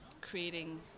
creating